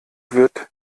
wird